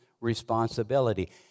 responsibility